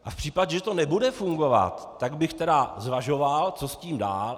A v případě, že to nebude fungovat, tak bych tedy zvažoval, co s tím dál.